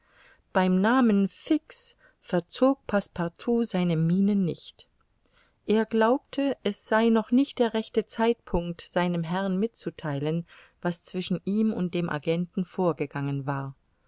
beim namen fix verzog passepartout seine miene nicht er glaubte es sei noch nicht der rechte zeitpunkt seinem herrn mitzutheilen was zwischen ihm und dem agenten vorgegangen war